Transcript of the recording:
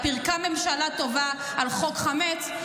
היא פירקה ממשלה טובה על חוק חמץ,